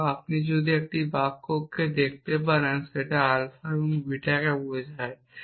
এবং আপনি যদি একটি বাক্য দেখতে পারেন সেখানে আলফা বিটাকে বোঝায়